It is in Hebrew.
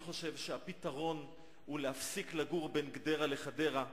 אני חושב שהפתרון הוא להפסיק לגור בין גדרה לחדרה.